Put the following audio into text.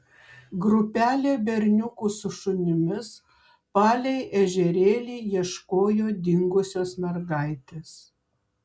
grupelė berniukų su šunimis palei ežerėlį ieškojo dingusios mergaitės